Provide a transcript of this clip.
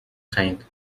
kind